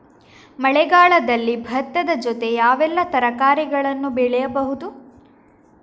ಮಳೆಗಾಲದಲ್ಲಿ ಭತ್ತದ ಜೊತೆ ಯಾವೆಲ್ಲಾ ತರಕಾರಿಗಳನ್ನು ಬೆಳೆಯಬಹುದು?